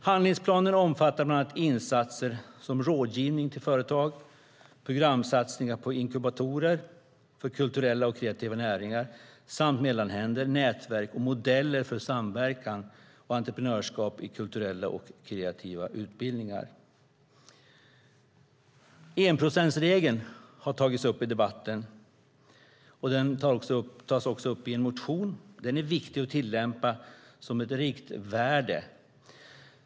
Handlingsplanen omfattar bland annat insatser som rådgivning till företag, programsatsning på inkubatorer för kulturella och kreativa näringar samt mellanhänder, nätverk och modeller för samverkan och entreprenörskap i kulturella och kreativa utbildningar. Enprocentsregeln har tagits upp i debatten; den tas också upp i en motion. Den är viktig att tillämpa som ett riktvärde.